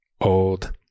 old